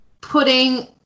putting